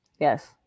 Yes